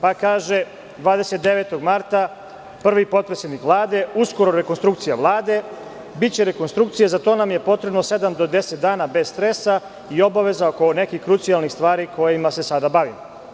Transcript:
Pa kaže, 29. marta, prvi potpredsednik Vlade - uskoro rekonstrukcija Vlade, biće rekonstrukcija, za to nam je potrebno sedam do 10 dana bez stresa i obaveza oko nekih krucijalnih stvari kojima se sada bavimo.